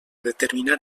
determinar